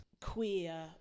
queer